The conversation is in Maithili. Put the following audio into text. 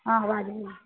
हँ आवाज अबैए